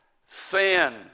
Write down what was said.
sin